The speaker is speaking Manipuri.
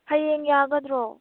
ꯍꯌꯦꯡ ꯌꯥꯒꯗ꯭ꯔꯣ